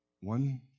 One